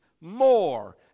more